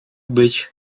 być